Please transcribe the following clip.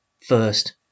first